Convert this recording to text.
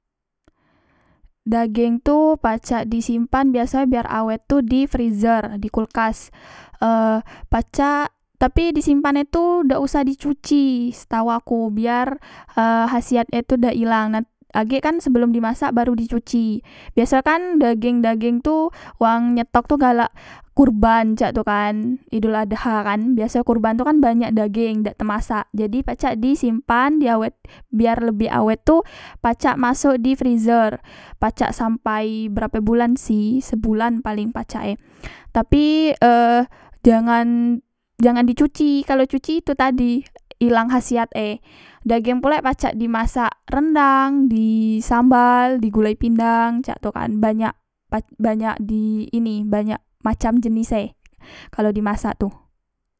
Dageng tu pacak disimpan biasoe biar awet tu freezer di kulkas e pacak tapi disimpan e tu dak usah di cuci setau aku biar khasiat e tu dak ilang nah agek kan sebelom di masak baru di cuci biasoe kan dageng dageng tu wang nyetok tu galak kurban cak tu kan idul adha kan biaso kurban tu kan banyak dageng dak temasak jadi pacak disimpan diawet biar lebih awet tu pacak masok di freezer pacak sampai berape bulan sih sebulan paleng pacak e tapi e jangan jangan di cuci kalo di cuci tu tadi ilang khasiat e dageng pulek pacak di masak rendang di sambal di gulai pindang cak tu kan banyak banyak di ini banyak macam jenis e kalo di masak tu